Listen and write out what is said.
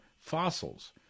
fossils